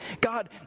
God